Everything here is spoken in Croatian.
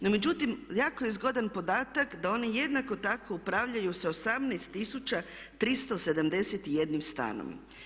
No međutim, jako je zgodan podatak da one jednako tako upravljaju sa 18 tisuća 371 stanom.